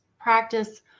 practice